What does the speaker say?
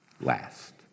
last